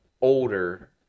older